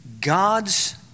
God's